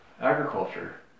agriculture